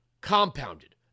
compounded